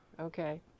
okay